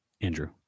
Andrew